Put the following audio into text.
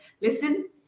listen